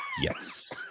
Yes